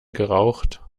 geraucht